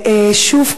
שוב,